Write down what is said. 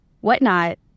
whatnot